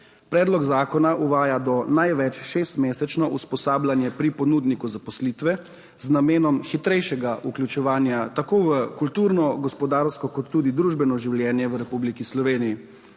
Predlog zakona uvaja do največ šestmesečno usposabljanje pri ponudniku zaposlitve z namenom hitrejšega vključevanja tako v kulturno, gospodarsko kot tudi družbeno življenje v Republiki Sloveniji.